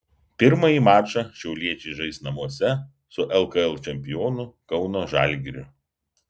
pirmąjį mačą šiauliečiai žais namuose su lkl čempionu kauno žalgiriu